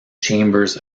chambers